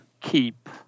keep